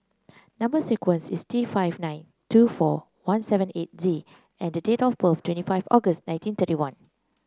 number sequence is T five nine two four one seven eight Z and date of birth twenty five August nineteen thirty one